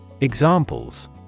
Examples